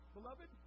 Beloved